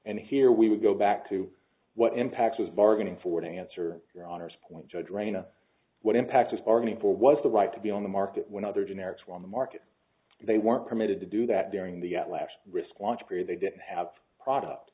and here we would go back to what impact was bargaining for to answer your honor's point judge raina what impact is bargaining for was the right to be on the market when other generics were on the market they weren't permitted to do that during the last risk launch period they didn't have product